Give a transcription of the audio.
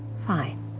fine.